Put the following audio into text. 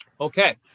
Okay